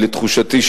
לתחושתי,